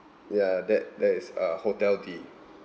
ya that that is uh hotel D